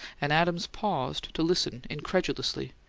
and adams paused to listen incredulously,